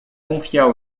confia